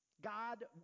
God